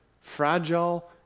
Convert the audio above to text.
fragile